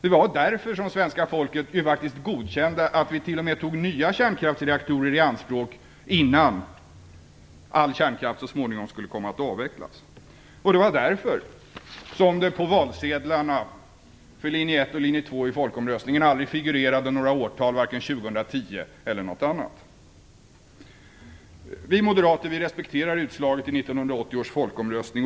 Det var därför som svenska folket faktiskt godkände att vi till och med tog nya kärnkraftsreaktorer i anspråk innan all kärnkraft så småningom skulle komma att avvecklas. Det var därför som det på valsedlarna för linje 1 och linje 2 i folkomröstningen aldrig figurerade några årtal, varken 2010 eller något annat. Vi moderater respekterar utslaget i 1980 års folkomröstning.